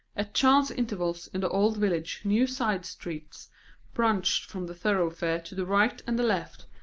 at chance intervals in the old village new side streets branched from the thoroughfare to the right and the left,